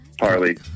Harley